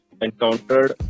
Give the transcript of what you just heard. encountered